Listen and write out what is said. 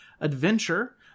adventure